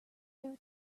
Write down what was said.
their